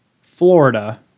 Florida